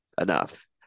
enough